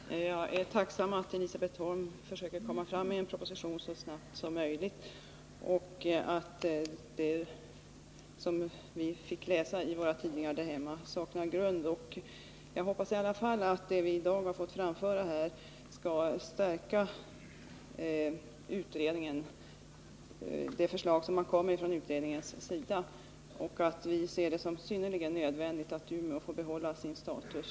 Herr talman! Jag är tacksam för att Elisabet Holm försöker få fram en proposition så snabbt som möjligt och att det vi fick läsa i våra tidningar där hemma saknar grund. Jag hoppas i alla fall att det som vi i dag har fått framföra här skall stärka det förslag som kommer från utredningen. Vi ser det som synnerligen nödvändigt att Umeåsjukhuset får behålla sin status.